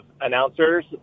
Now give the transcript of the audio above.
announcers